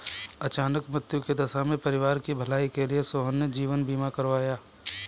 अचानक मृत्यु की दशा में परिवार की भलाई के लिए सोहन ने जीवन बीमा करवाया